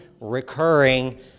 recurring